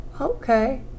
Okay